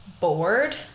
bored